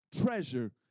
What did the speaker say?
treasure